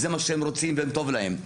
זה מה שהם רוצים וטוב להם,